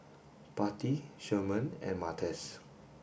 Patti Sherman and Martez